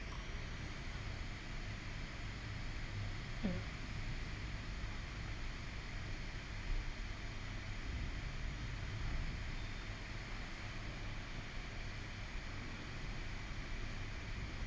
mm